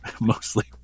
mostly